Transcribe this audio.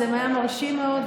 זה היה מרשים מאוד,